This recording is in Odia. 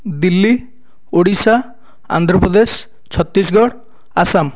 ଦିଲ୍ଲୀ ଓଡ଼ିଶା ଆନ୍ଧ୍ର ପ୍ରଦେଶ ଛତିଶଗଡ଼ ଆସାମ